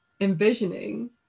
envisioning